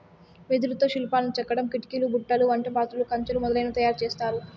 వెదురుతో శిల్పాలను చెక్కడం, కిటికీలు, బుట్టలు, వంట పాత్రలు, కంచెలు మొదలనవి తయారు చేత్తారు